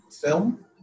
film